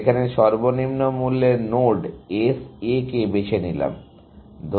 এখানে সর্বনিম্ন মূল্যের নোড S A বেছে নিলাম